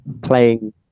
playing